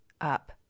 up